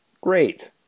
Great